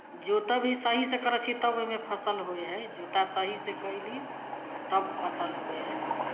जोतय भी सहीसँ करै छियै तब ओहिमे फसल होइ हइ जोता सहीसँ कयली तब फसल होइ हइ